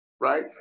right